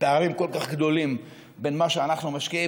פערים כל כך גדולים בין מה שאנחנו משקיעים